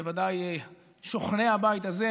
בוודאי שוכני הבית הזה,